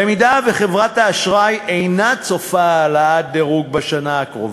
במידה שחברת הדירוג אינה צופה העלאת דירוג בשנה הקרובה,